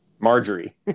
Marjorie